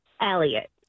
Elliot